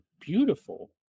beautiful